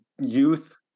youth